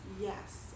Yes